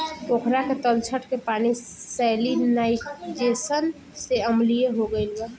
पोखरा के तलछट के पानी सैलिनाइज़ेशन से अम्लीय हो गईल बा